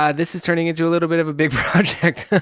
um this is turning into a little bit of a big project.